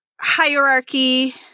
Hierarchy